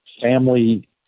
family